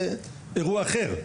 זה אירוע אחר.